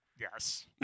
Yes